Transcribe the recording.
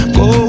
go